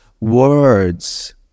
words